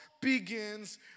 begins